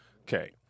Okay